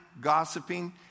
gossiping